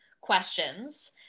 questions